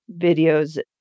videos